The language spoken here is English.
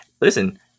Listen